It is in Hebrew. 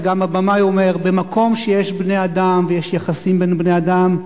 וגם הבמאי אומר: במקום שיש בני-אדם ויש יחסים בין בני-אדם,